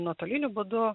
nuotoliniu būdu